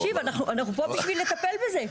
תקשיב, אנחנו פה בשביל לטפל בזה.